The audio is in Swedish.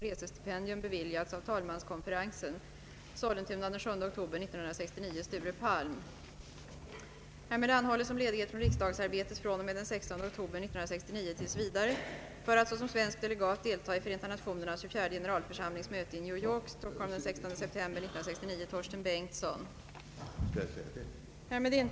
Ovanstående patient vårdas sedan den 9 10, varefter herr Rönnberg kommer att vara sjukskriven till och med den 26/10 1969. Således är herr Rönnberg på grund av sjukdom förhindrad att återgå i arbetet före nämnda datum.